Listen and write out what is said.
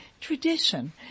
tradition